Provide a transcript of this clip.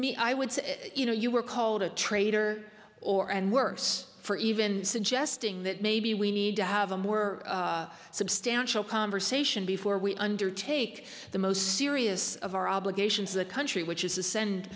me i would say you know you were called a traitor or and worse for even suggesting that maybe we need to have a more substantial conversation before we undertake the most serious of our obligations the country which is to send